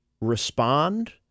respond